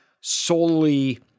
solely